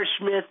Smith